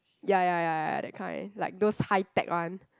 ya ya ya ya that kind like those high-tech one